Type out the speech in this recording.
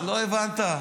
לא הבנת.